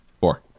Four